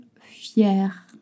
fier